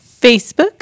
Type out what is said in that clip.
Facebook